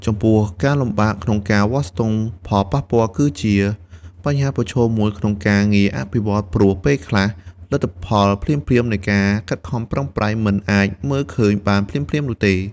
ចំពោះការលំបាកក្នុងការវាស់ស្ទង់ផលប៉ះពាល់ គឺជាបញ្ហាប្រឈមមួយក្នុងការងារអភិវឌ្ឍន៍ ព្រោះ ពេលខ្លះលទ្ធផលភ្លាមៗនៃការខិតខំប្រឹងប្រែងមិនអាចមើលឃើញបានភ្លាមៗនោះទេ។